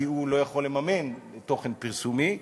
כי הוא לא יכול לממן תוכן פרסומי כזה.